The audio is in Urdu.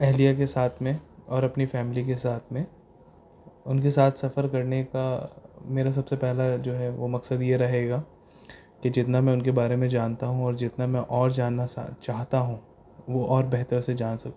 اہلیہ کے ساتھ میں اور اپنی فیملی کے ساتھ میں ان کے ساتھ سفر کرنے کا میرا سب سے پہلا جو ہے وہ مقصد یہ رہے گا کہ جتنا میں ان کے بارے میں جانتا ہوں اور جتنا میں اور جاننا چاہتا ہوں وہ اور بہتر سے جان سکوں